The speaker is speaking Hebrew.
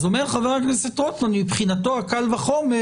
אז אומר חבר הכנסת רוטמן שמבחינתו הקל וחומר